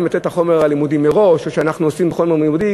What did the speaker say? אם לתת את חומר הלימודים שמראש או שאנחנו עושים חומר ייעודי,